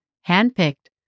hand-picked